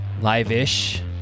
Live-ish